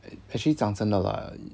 actually 讲真的 lah